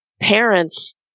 parents